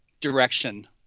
direction